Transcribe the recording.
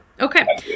Okay